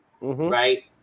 right